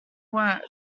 work